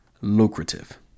lucrative